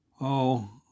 Oh